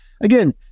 again